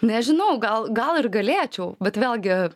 nežinau gal gal ir galėčiau bet vėlgi